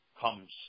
comes